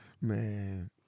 Man